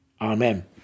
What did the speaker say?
Amen